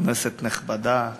כנסת נכבדה,